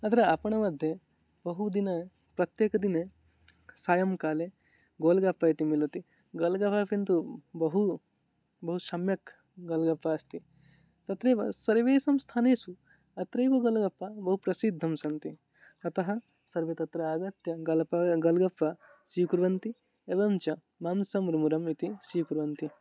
अत्र आपणमध्ये बहु दिनं प्रत्येकदिने सायंकाले गोल्गप्पा इति मिलति गोल्गपा किन्तु बहु बो सम्यक् गल्गप्पा अस्ति तत्रैव सर्वेषां स्थानेषु अत्रैव गल्गप्पा बहु प्रसिद्धं सन्ति अतः सर्वे तत्र आगत्य गलप्पा गल्गप्पा स्वीकुर्वन्ति एवं च मांस मुर्मुरम् इति स्वीकुर्वन्ति